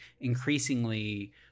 increasingly